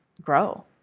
grow